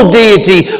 deity